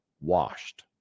washed